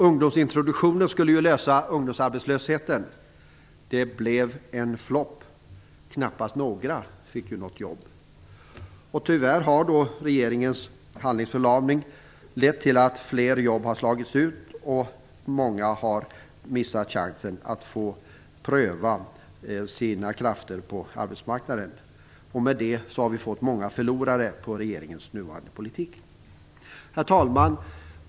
Ungdomsintroduktionen skulle lösa ungdomsarbetslösheten. Det blev en flopp - knappast några ungdomar fick något jobb. Tyvärr har regeringens handlingsförlamning lett till att fler jobb har slagits ut, och många har missat chansen att få pröva sina krafter på arbetsmarknaden. Därmed har vi fått många förlorare genom regeringens nuvarande politik. Herr talman!